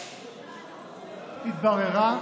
התבררה,